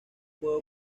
puede